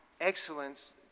excellence